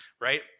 right